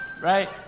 right